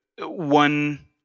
one